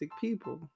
people